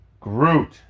Groot